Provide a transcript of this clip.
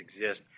exist